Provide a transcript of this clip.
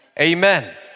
Amen